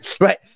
right